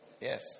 Yes